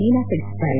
ಮೀನಾ ತಿಳಿಸಿದ್ದಾರೆ